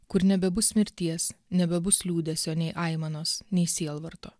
kur nebebus mirties nebebus liūdesio nei aimanos nei sielvarto